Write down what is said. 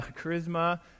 Charisma